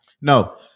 no